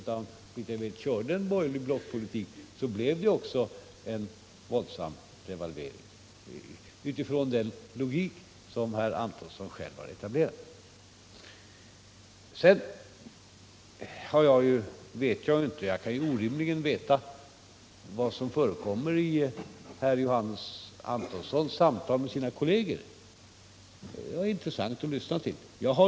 Man körde en borgerlig block politik och det blev en våldsam devalvering. Det skedde utifrån den logik som herr Antonsson själv har etablerat. Nordiska rådet Jag kan ju orimligen veta vad som förekommit under herr Antonssons samtal med sina kolleger. Men det var intressant att lyssna till detta.